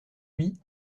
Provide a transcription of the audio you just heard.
lui